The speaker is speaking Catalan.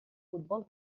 futbol